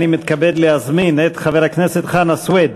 אני מתכבד להזמין את חבר הכנסת חנא סוייד